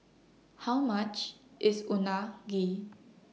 How much IS Unagi